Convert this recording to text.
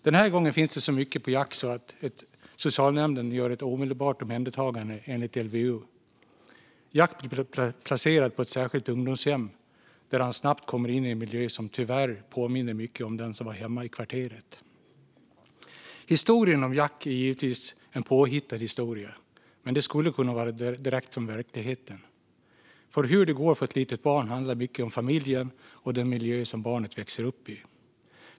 Den här gången finns det så mycket på Jack att socialnämnden gör ett omedelbart omhändertagande enligt LVU. Jack blir placerad på ett särskilt ungdomshem, där han snabbt kommer in i en miljö som tyvärr påminner mycket om den som var hemma i kvarteret. Historien om Jack är givetvis påhittad. Men den skulle kunna vara direkt från verkligheten, för hur det går för ett litet barn handlar mycket om familjen och miljön som barnet växer upp i.